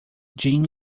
jim